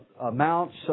amounts